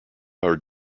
our